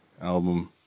album